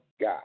God